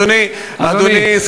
אדוני,